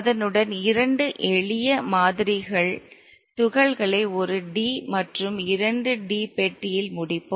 அதனுடன் இரண்டு எளிய மாதிரிகள் துகள்களை ஒரு டி மற்றும் இரண்டு டி பெட்டியில் முடிப்போம்